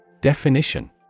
Definition